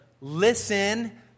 listen